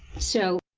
so,